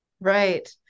Right